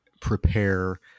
prepare